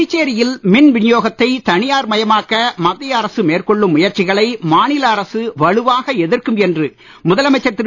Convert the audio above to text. புதுச்சேரியில் மின் வினியோகத்தை தனியார் மயமாக்க மத்திய அரசு மேற்கொள்ளும் முயற்சிகளை மாநில அரசு வலுவாக எதிர்க்கும் என்று முதலமைச்சர் திரு